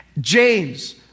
James